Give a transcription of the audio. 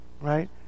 Right